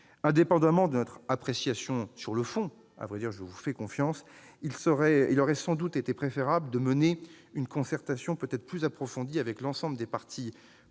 Indépendamment de notre appréciation sur le fond- je vous fais confiance -, il aurait sans doute été préférable de mener une concertation plus approfondie avec l'ensemble des parties prenantes,